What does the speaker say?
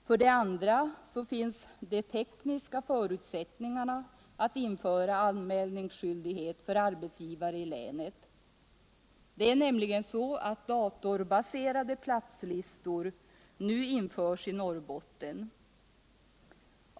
För det andra finns de tekniska försutsättningarna att införa anmälningsskyldighet för arbetsgivare i länet. Det är nämligen så att datorbaserade platslistor nu införs i Norrbotten.